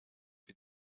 que